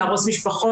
להרוס משפחות.